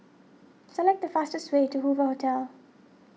select the fastest way to Hoover Hotel